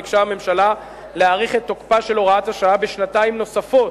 ביקשה הממשלה להאריך את תוקפה של הוראת השעה בשנתיים נוספות,